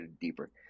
deeper